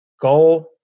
goal